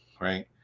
right